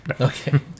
Okay